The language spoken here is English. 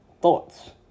thoughts